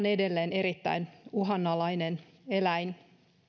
edelleen erittäin uhanalainen eläin